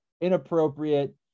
inappropriate